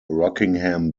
rockingham